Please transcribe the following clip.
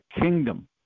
kingdom